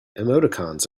emoticons